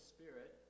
Spirit